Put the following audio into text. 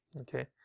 Okay